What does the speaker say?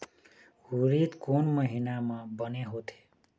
उरीद कोन महीना म बने होथे?